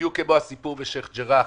בדיוק כמו הסיפור בשיח' ג'ראח,